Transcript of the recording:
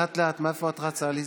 לאט-לאט, איפה את רצה, עליזה?